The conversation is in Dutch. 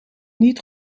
niet